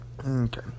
Okay